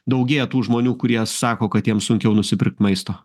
daugėja tų žmonių kurie sako kad jiem sunkiau nusipirkt maisto